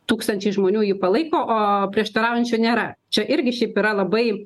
tūkstančiai žmonių jį palaiko o prieštaraujančių nėra čia irgi šiaip yra labai